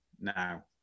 now